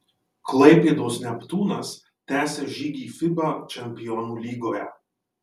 klaipėdos neptūnas tęsia žygį fiba čempionų lygoje